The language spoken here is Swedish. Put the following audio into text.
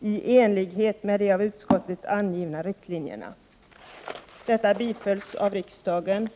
i enlighet med de av utskottet angivna riktlinjerna.” Detta bifölls av riksdagen.